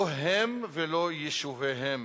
לא הם ולא יישוביהם.